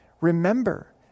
Remember